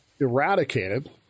eradicated